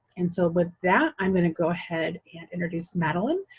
and so with that, i'm gonna go ahead and introduce madeleine,